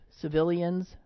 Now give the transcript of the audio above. civilians